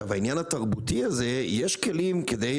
שבעניין התרבותי הזה יש כלים כדי,